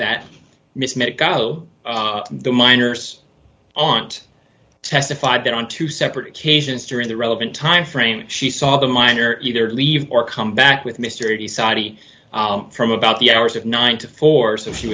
go the minors aunt testified that on two separate occasions during the relevant time frame she saw the minor either leave or come back with mr t saudi from about the hours of nine to four so she